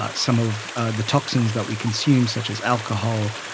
ah some of the toxins that we consume such as alcohol,